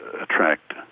attract